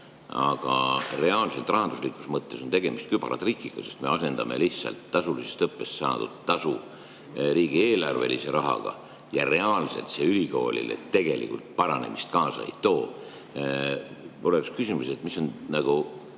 Aga reaalselt rahanduslikus mõttes on tegemist kübaratrikiga, sest me asendame lihtsalt tasulisest õppest saadud tasu riigieelarvelise rahaga ja reaalselt see ülikoolile paranemist kaasa ei too. Mis on teie